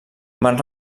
van